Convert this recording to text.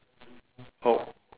oh